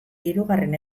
hirugarren